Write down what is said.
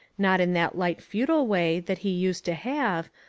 not in that light futile way that he used to have,